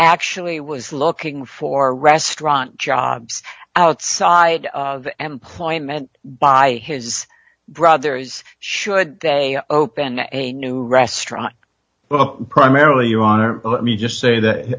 actually was looking for restaurant jobs outside of employment by his brothers should they open a new restaurant well primarily your honor let me just say that